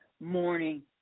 morning